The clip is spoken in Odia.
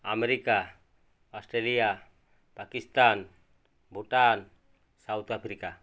America Australia Pakistan Bhutan South Africa